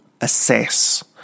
assess